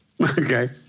Okay